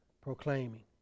proclaiming